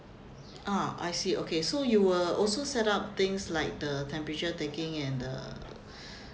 ah I see okay so you will also set up things like the temperature taking and the